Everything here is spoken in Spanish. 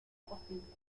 posible